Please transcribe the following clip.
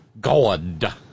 God